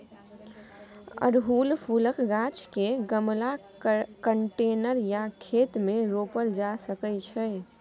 अड़हुल फुलक गाछ केँ गमला, कंटेनर या खेत मे रोपल जा सकै छै